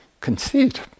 conceit